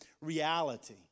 reality